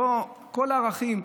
כל הערכים,